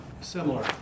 similar